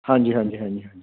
ਹਾਂਜੀ ਹਾਂਜੀ ਹਾਂਜੀ ਹਾਂਜੀ